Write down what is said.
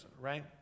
right